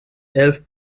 elf